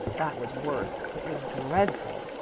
that was worse it was dreadful!